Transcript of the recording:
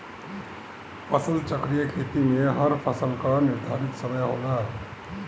फसल चक्रीय खेती में हर फसल कअ निर्धारित समय होला